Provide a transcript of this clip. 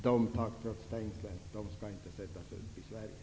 De taggtrådsstängslen skall inte sättas upp i Sverige.